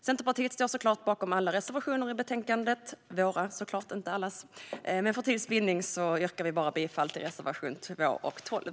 Centerpartiet står såklart bakom alla sina reservationer i betänkandet, men för tids vinnande yrkar jag bifall bara till reservationerna 2 och 12.